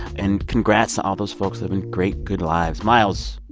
and congrats to all those folks living great, good lives miles,